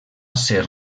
ser